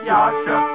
Yasha